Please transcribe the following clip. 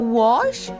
wash